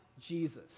Jesus